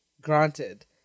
granted